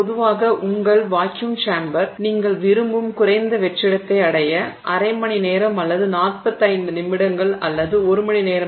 பொதுவாக உங்கள் vacuum chamber நீங்கள் விரும்பும் குறைந்த வெற்றிடத்தை அடைய அரை மணி நேரம் அல்லது 45 நிமிடங்கள் அல்லது ஒரு மணிநேரம் கூட ஆகலாம்